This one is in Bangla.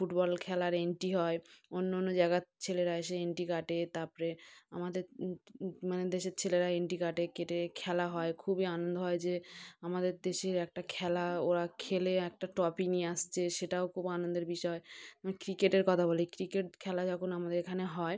ফুটবল খেলার এন্ট্রি হয় অন্য অন্য জায়গার ছেলেরা এসে এন্ট্রি কাটে তাপরে আমাদের মানে দেশের ছেলেরা এন্ট্রি কাটে কেটে খেলা হয় খুবই আনন্দ হয় যে আমাদের দেশের একটা খেলা ওরা খেলে একটা ট্রফি নিয়ে আসছে সেটাও খুব আনন্দের বিষয় আমি ক্রিকেটের কথা বলি ক্রিকেট খেলা যখন আমাদের এখানে হয়